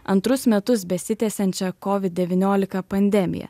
antrus metus besitęsiančią kovid devyniolika pandemiją